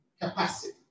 capacity